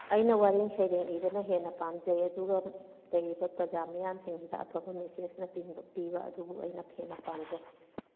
ꯑꯩꯅ ꯋꯥꯔꯤ ꯁꯩꯔꯦꯡ ꯏꯕꯅ ꯍꯦꯟꯅ ꯄꯥꯝꯖꯩ ꯑꯗꯨꯒ ꯂꯩꯔꯤꯕ ꯄ꯭ꯔꯖꯥ ꯃꯤꯌꯥꯝꯁꯤꯡꯁꯤꯗ ꯑꯐꯕ ꯃꯦꯁꯦꯖꯅꯆꯤꯡꯕ ꯄꯤꯕ ꯑꯗꯨꯕꯨ ꯑꯩꯅ ꯍꯦꯟꯅ ꯄꯥꯝꯖꯩ